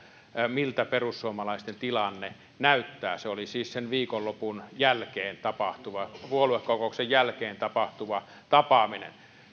miltä perussuomalaisten tilanne näyttää se oli siis sen viikonlopun jälkeen puoluekokouksen jälkeen tapahtuva tapaaminen